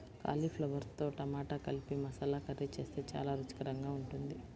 కాలీఫ్లవర్తో టమాటా కలిపి మసాలా కర్రీ చేస్తే చాలా రుచికరంగా ఉంటుంది